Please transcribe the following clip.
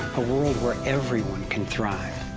a world where everyone can thrive.